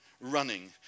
running